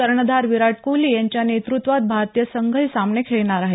कर्णधार विराट कोहली याच्या नेतृत्वात भारतीय संघ हे सामने खेळणार आहे